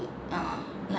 uh like